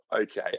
Okay